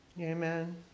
Amen